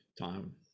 time